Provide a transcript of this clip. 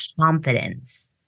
confidence